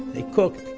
they cooked,